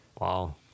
Wow